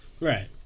Right